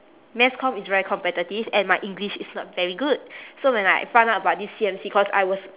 mass comm is very competitive and my english is not very good so when like I found out about this C_M_C course I was